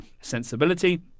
sensibility